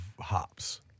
hops